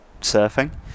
surfing